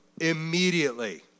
immediately